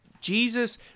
Jesus